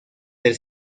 del